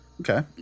Okay